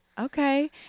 Okay